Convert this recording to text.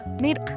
made